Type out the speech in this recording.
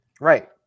Right